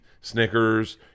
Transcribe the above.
Snickers